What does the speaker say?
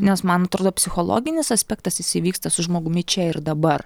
nes man atrodo psichologinis aspektas jis įvyksta su žmogumi čia ir dabar